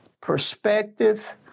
perspective